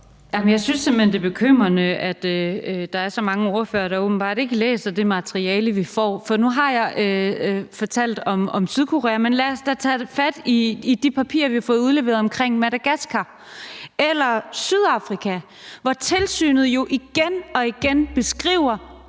jeg synes simpelt hen, det er bekymrende, at der er så mange ordførere, der åbenbart ikke læser det materiale, vi får, for nu har jeg fortalt om Sydkorea. Men lad os da tage fat i de papirer, vi har fået udleveret omkring Madagascar eller Sydafrika, hvor tilsynet jo igen og igen beskriver